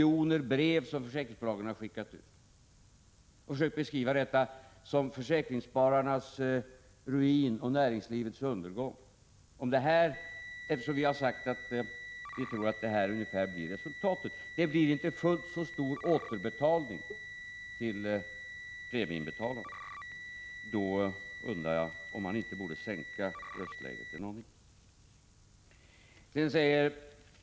Därför undrar jag om röstläget inte borde sänkas en aning hos alla dem som har skubbat landet runt och fyllt tidningarna med artiklar och annonser — för att inte tala om alla de brev som försäkringsbolagen har skickat ut — för att försöka beskriva detta som försäkringsspararnas ruin och näringslivets undergång.